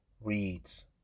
reads